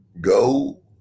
go